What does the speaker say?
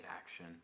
action